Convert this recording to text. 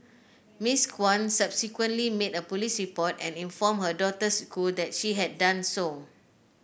Miss Kwan subsequently made a police report and informed her daughter's school that she had done so